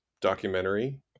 documentary